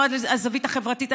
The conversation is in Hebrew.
לא על הזווית החברתית,